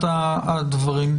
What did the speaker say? הדיון.